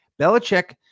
Belichick